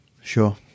Sure